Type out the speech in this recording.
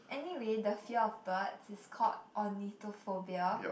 anyway the fear of birds is called ornithophobia